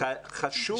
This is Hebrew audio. אסור חשוב מאוד,